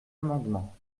amendement